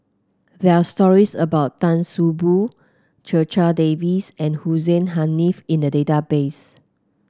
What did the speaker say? there are stories about Tan See Boo Checha Davies and Hussein Haniff in the database